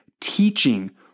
teaching